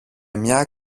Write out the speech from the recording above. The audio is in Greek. μια